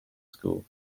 school